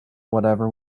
whatever